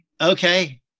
okay